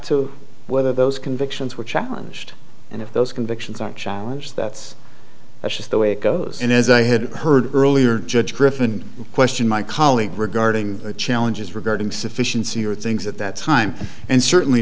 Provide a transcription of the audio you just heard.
to whether those convictions were challenged and if those convictions are challenge that's just the way it goes and as i had heard earlier judge griffin question my colleague regarding the challenges regarding sufficiency or things at that time and certainly